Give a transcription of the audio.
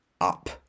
up